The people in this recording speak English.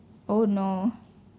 oh no